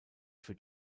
für